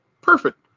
perfect